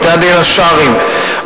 בתי-הדין השרעיים,